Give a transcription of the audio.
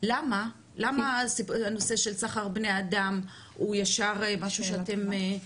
למה הנושא של סחר בבני אדם הוא ישר משהו שאתם בודקים?